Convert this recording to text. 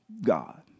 God